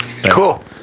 Cool